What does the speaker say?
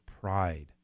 pride